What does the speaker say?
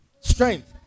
strength